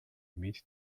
meet